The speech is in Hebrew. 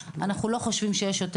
אבל אנחנו לא חושבים שזה אומר שיש יותר